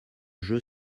jeu